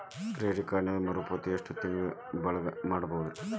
Credit ಕಾರ್ಡಿನಲ್ಲಿ ಮರುಪಾವತಿ ಎಷ್ಟು ತಿಂಗಳ ಒಳಗ ಮಾಡಬಹುದ್ರಿ?